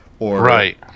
Right